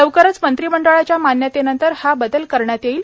लवकरच मंत्रिमंडळाच्या मान्यतेनंतर हा बदल करण्यात येईल